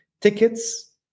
tickets